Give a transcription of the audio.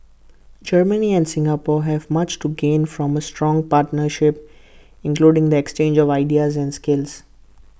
Germany and Singapore have much to gain from A strong partnership including the exchange of ideas and skills